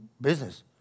business